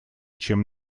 чем